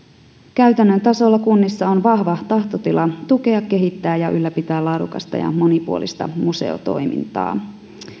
käytännön tasolla kunnissa on vahva tahtotila tukea kehittää ja ylläpitää laadukasta ja monipuolista museotoimintaa